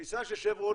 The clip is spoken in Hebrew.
הכניסה של 'שברון'